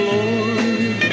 Lord